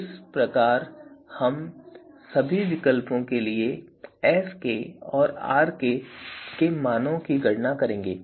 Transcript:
इस प्रकार हम सभी विकल्पों के लिए Skऔर Rk के मानों की गणना करेंगे